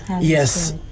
yes